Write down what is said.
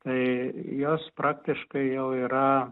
tai jos praktiškai jau yra